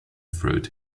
fruit